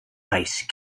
ice